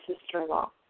sister-in-law